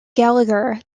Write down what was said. gallagher